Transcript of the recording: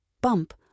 bump